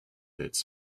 its